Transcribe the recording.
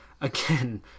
again